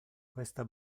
questa